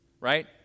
right